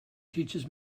teaches